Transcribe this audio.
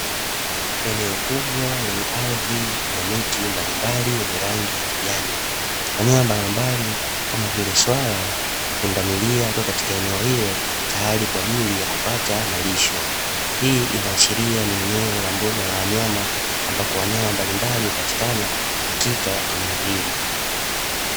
Eneo kubwa lenye ardhi na miti mbalimbali yenye rangi ya kijani, wanyama mbalimbali kama vile swala na pundamilia wakiwa katika eneo hilo tayari kwa ajili ya kupata malisho. Hii inaashiria ni eneo la mbuga ya wanyama ambako wanyama mbalimbali hupatikana katika eneo hili.